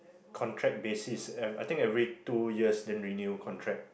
contract basis I think every two years then renew contract